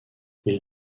ils